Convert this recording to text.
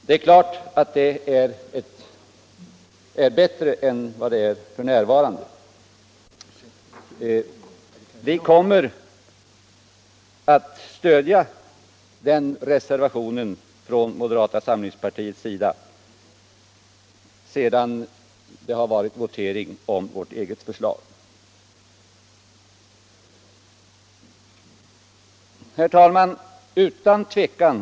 Det är självfallet bättre än vad som utgår f. n., och vi kommer från moderata samlingspartiet att stödja den reservationen om vårt eget förslag avslås vid voteringen. Herr talman!